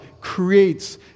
creates